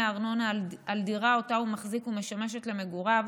ארנונה על דירה שאותה הוא מחזיק ומשמשת למגוריו,